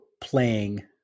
playing